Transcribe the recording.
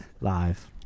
live